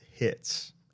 Hits